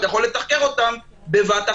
אתה יכול לתחקר אותם בבת אחת.